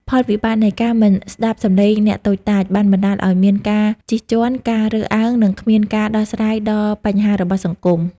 ផលវិបាកនៃការមិនស្តាប់សំឡេងអ្នកតូចតាច បានបណ្ដាលឲ្យមានការជិះជាន់ ការរើសអើង និងគ្មានការដោះស្រាយដល់បញ្ហារបស់សង្គម។